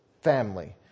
family